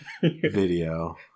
video